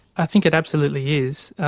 i think it absolutely is,